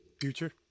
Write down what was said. Future